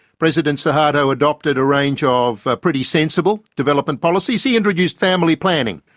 president suharto adopted a range ah of ah pretty sensible development policies. he introduced family planning,